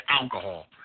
alcohol